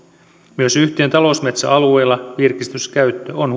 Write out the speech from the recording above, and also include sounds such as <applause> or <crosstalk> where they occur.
myös yhtiön talousmetsäalueilla virkistyskäyttö on <unintelligible>